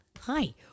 hi